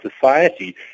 society